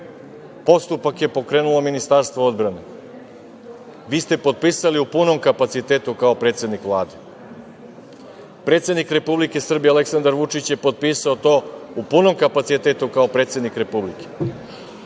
postupak je pokrenulo Ministarstvo odbrane, vi ste potpisali u punom kapacitetu kao predsednik Vlade. Predsednik Republike Srbije Aleksandar Vučić je potpisao to u punom kapacitetu kao predsednid republike,